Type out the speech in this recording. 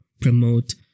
promote